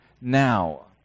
now